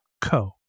co